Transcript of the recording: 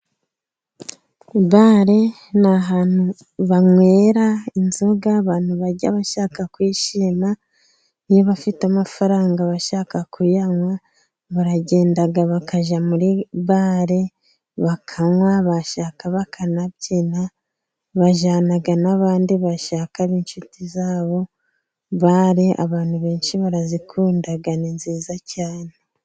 Bare ni ahantu banywera inzoga. Abantu bajya bashaka kwishima niba afite amafaranga bashaka kuyanywa, baragenda bakajya muri bare bakanywa bashaka bakanabyina bajyana n'abandi bashaka inshuti zabo. Bari abantu benshi barazikunda ni nziza cyane.